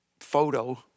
Photo